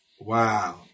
Wow